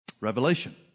Revelation